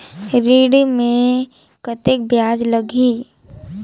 ऋण मे कतेक ब्याज लगही?